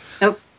Nope